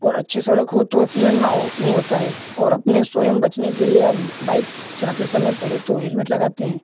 और अच्छी सड़क हो तो एक्सीडेन्ट न हो नहीं होता है और अपने स्वयं बचने के लिए हम बाइक़ चलाते समय पहले तो हेलमेट लगाते हैं